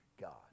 God